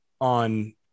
on